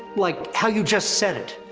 like how you just said it.